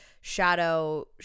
shadow